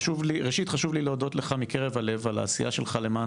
ראשית חשוב לי להודות לך מקרב הלב על העשייה שלך למען